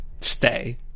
Stay